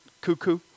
cuckoo